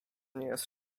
nieraz